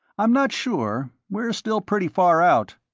i'm not sure, we're still pretty far out.